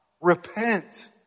repent